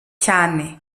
cyane